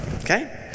Okay